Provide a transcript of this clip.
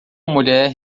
mulher